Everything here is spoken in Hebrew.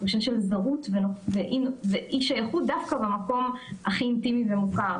תחושה של זרות ואי-שייכות דווקא במקום הכי אינטימי ומוכר,